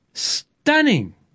stunning